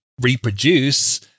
reproduce